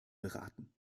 beraten